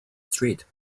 street